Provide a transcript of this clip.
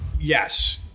Yes